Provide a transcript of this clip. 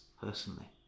personally